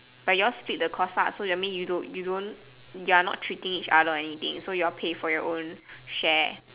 but you all split the course lah so that mean you don't you don't you are not treating each other or anything so you all pay for your own share